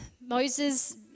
Moses